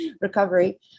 recovery